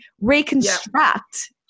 reconstruct